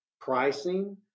pricing